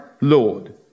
Lord